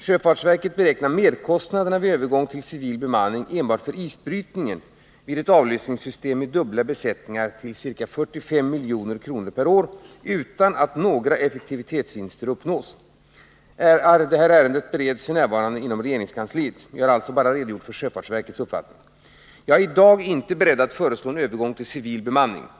Sjöfartsverket beräknar merkostnaderna vid övergång till civil bemanning enbart för isbrytningens del vid ett avlösningssystem med dubbla besättningar till ca 45 milj.kr. per år utan att några effektivitetsvinster uppnås. Ärendet bereds f. n. inom regeringskansliet. Jag har bara redogjort för sjöfartsverkets uppfattning. Jag är i dag inte beredd att föreslå en övergång till civil bemanning.